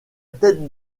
tête